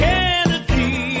Kennedy